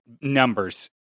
numbers